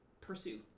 pursue